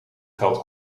geld